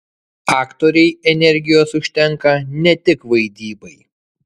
aktorei energijos užtenka ne tik vaidybai